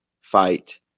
fight